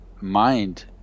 mind